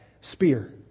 spear